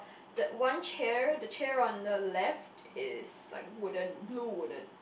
that one chair the chair on the left is like wooden blue wooden